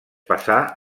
passà